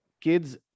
kids